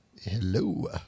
Hello